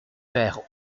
faire